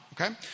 Okay